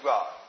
God